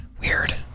Weird